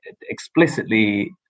explicitly